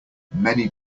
many